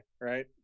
right